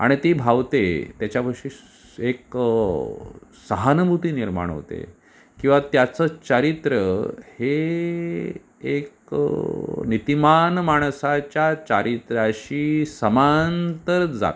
आणि ती भावते त्याच्याविषयी एक सहानुभूती निर्माण होते किंवा त्याचं चारित्र्य हे एक नीतिमान माणसाच्या चारित्र्याशी समांतर जातं